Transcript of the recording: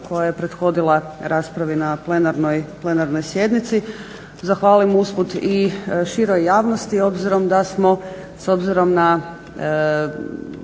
koja je prethodila raspravi na plenarnoj sjednici zahvalim usput i široj javnosti obzirom da smo s obzirom na